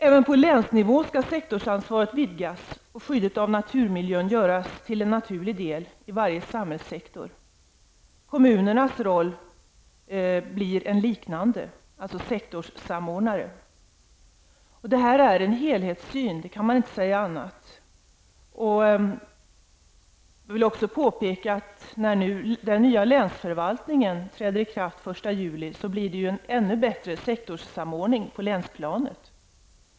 Även på länsnivå skall sektorsansvaret vidgas och skyddet av naturmiljön göras till en naturlig del i varje samhällssektor. Kommunernas roll blir liknande, alltså sektorssamordnande. Det här innebär en helhetssyn, man kan inte säga något annat. Jag vill påpeka att när lagen om den nya länsförvaltningen träder i kraft den 1 juli blir det en ännu bättre sektorssamordning på länsplanet.